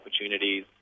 opportunities